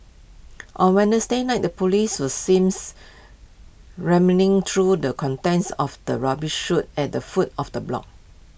on night the Police were seems through the contents of the rubbish chute at the foot of the block